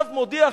עכשיו מודיע,